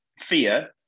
fear